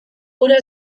gura